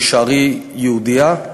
תישארי יהודייה,